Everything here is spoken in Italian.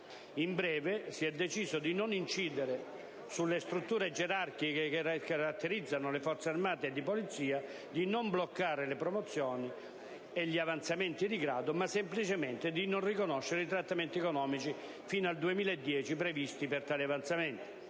In breve, si è deciso di non incidere sulle strutture gerarchiche che caratterizzano le Forze armate e di polizia, di non bloccare le promozioni e gli avanzamenti di grado, ma semplicemente di non riconoscere i trattamenti economici fino al 2010 previsti per tali avanzamenti.